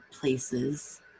places